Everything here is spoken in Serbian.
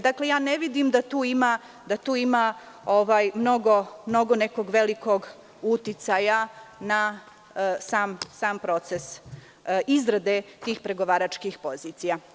Dakle, ja ne vidim da tu ima mnogo nekog velikog uticaja na sam proces izrade tih pregovaračkih pozicija.